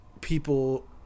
people